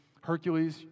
Hercules